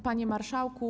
Panie Marszałku!